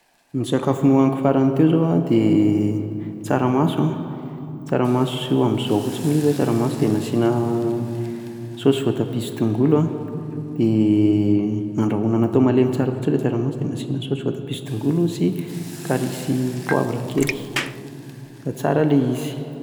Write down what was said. Ny sakafo nohaniko farany teo zao an dia tsaramaso an, tsaramaso amin'izao fotsiny ilay izy an, tsaramaso dia nasiana saosy voatabia sy tongolo an, dia, nandrahona natao malemy tsara fotsiny ilay tsaramaso dia nasiana saosy voatabia sy tongolo sy kary sy poavra kely fa tsara ilay izy.